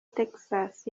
texas